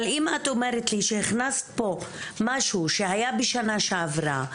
אבל אם את אומרת לי שהכנסת פה משהו שהיה בשנה שעברה,